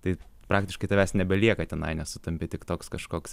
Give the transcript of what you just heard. tai praktiškai tavęs nebelieka tenai nes tu tampi tik toks kažkoks